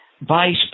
vice